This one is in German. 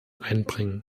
einbringen